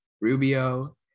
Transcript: Rubio